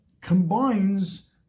combines